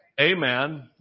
Amen